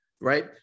right